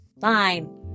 Fine